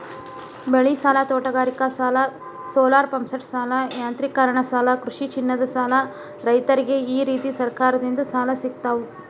ಬೆಳಿಸಾಲ, ತೋಟಗಾರಿಕಾಸಾಲ, ಸೋಲಾರಪಂಪ್ಸೆಟಸಾಲ, ಯಾಂತ್ರೇಕರಣಸಾಲ ಕೃಷಿಚಿನ್ನದಸಾಲ ರೈತ್ರರಿಗ ಈರೇತಿ ಸರಕಾರದಿಂದ ಸಾಲ ಸಿಗ್ತಾವು